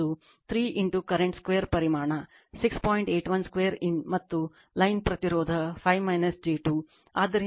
812 ಮತ್ತು ಲೈನ್ ಪ್ರತಿರೋಧ 5 j 2 ಆದ್ದರಿಂದ ಅದು 695